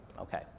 Okay